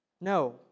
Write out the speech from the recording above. No